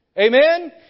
Amen